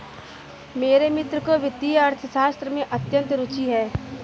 मेरे मित्र को वित्तीय अर्थशास्त्र में अत्यंत रूचि है